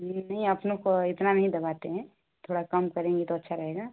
नहीं अपने को इतना नहीं दबाते हैं थोड़ा कम करेंगी तो अच्छा रहेगा